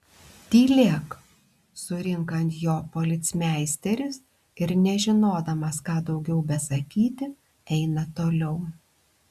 tylėk surinka ant jo policmeisteris ir nežinodamas ką daugiau besakyti eina toliau